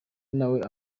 nawe